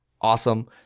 awesome